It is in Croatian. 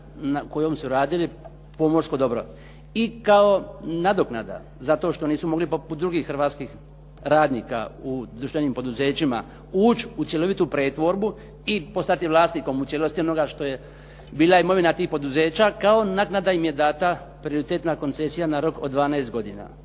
na kojoj su radili pomorsko dobro. I kao nadoknada zato što nisu mogli poput drugih hrvatskih radnika u društvenim poduzećima ući u cjelovitu pretvorbu i postati vlasnikom u cijelosti onoga što je bila imovina tih poduzeća, kao naknada im je data prioritetna koncesija na rok od 12 godina.